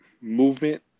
movement